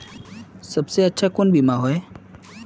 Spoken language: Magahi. सबसे अच्छा कुन बिमा होय?